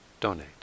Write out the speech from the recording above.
donate